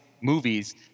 movies